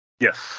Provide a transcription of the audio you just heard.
Yes